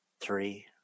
three